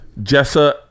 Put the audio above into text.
Jessa